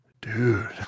dude